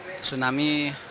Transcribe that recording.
tsunami